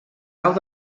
alt